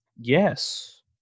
Yes